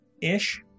ish